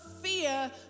fear